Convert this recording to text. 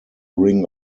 ring